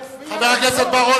חבר הכנסת בר-און,